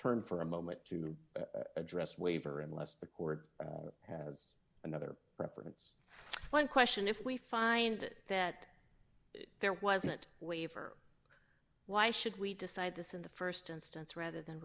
turn for a moment to address waiver unless the court has another preference one question if we find that there wasn't a waiver why should we decide this in the st instance rather than